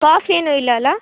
calf ಏನು ಇಲ್ಲ ಅಲ್ಲ